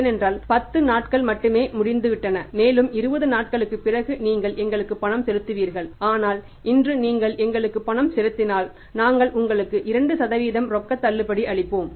ஏனென்றால் 10 நாட்கள் மட்டுமே முடிந்துவிட்டன மேலும் 20 நாட்களுக்குப் பிறகு நீங்கள் எங்களுக்கு பணம் செலுத்துவீர்கள் ஆனால் இன்று நீங்கள் எங்களுக்கு பணம் செலுத்தினால் நாங்கள் உங்களுக்கு 2 ரொக்க தள்ளுபடி அளிப்போம்